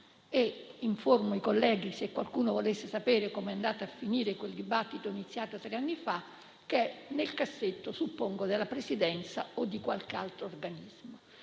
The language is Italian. e informo i colleghi - se qualcuno volesse sapere come è andato a finire il dibattito iniziato tre anni fa - che il provvedimento è nel cassetto, suppongo, della Presidenza o di qualche altro organismo.